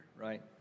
right